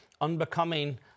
unbecoming